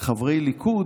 חברי ליכוד,